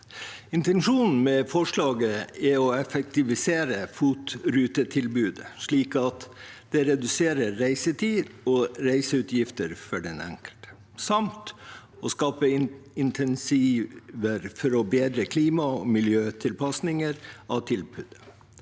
Intensjonen med forslaget er å effektivisere FOT-rutetilbudet, slik at det reduserer reisetid og reiseutgifter for den enkelte, samt å skape insentiver for bedre klima- og miljøtilpasning av tilbudet.